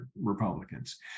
Republicans